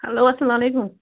hello اسلامُ علیکُم